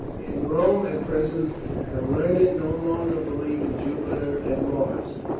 in rome at present the learned no longer believe in jupiter and mars